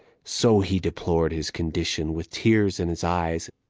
so he deplored his condition, with tears in his eyes,